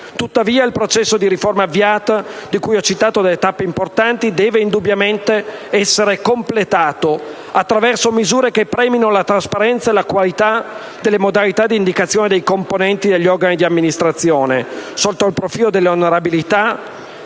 Tuttavia, il processo di riforma avviato, di cui ho citato le tappe importanti, deve indubbiamente essere completato attraverso misure che premino la trasparenza e la qualità delle modalità di indicazione dei componenti degli organi di amministrazione sotto il profilo della onorabilità,